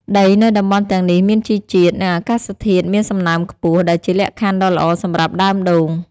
ដីនៅតំបន់ទាំងនេះមានជីជាតិ និងអាកាសធាតុមានសំណើមខ្ពស់ ដែលជាលក្ខខណ្ឌដ៏ល្អសម្រាប់ដើមដូង។